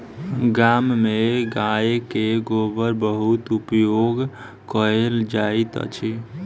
गाम में गाय गोबर के बहुत उपयोग कयल जाइत अछि